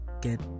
get